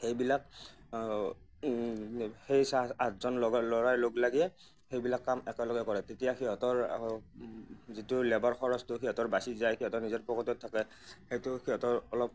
সেইবিলাক সেই ছা আঁঠজন লগৰ ল'ৰাই লগ লাগিয়ে সেইবিলাক কাম একেলগে কৰে তেতিয়া সিহঁতৰ যিটো লেবাৰ খৰছটো সিহঁতৰ বাছি যায় সিহঁতৰ নিজৰ পকেটত থাকে সেইটো সিহঁতৰ অলপ